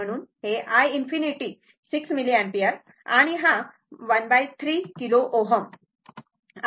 म्हणून हे i∞ 6 milliampere आणि हा ⅓ किलो Ω आहे